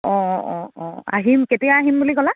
অঁ অঁ অঁ অঁ আহিম কেতিয়া আহিম বুলি ক'লা